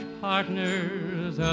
partners